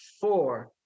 four